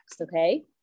okay